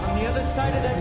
the other side of that